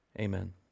Amen